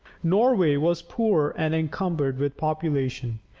norway was poor and encumbered with population.